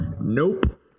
Nope